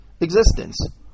existence